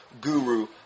guru